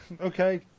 Okay